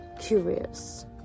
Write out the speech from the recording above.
curious